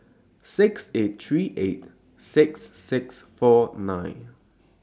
six eight three eight six six four nine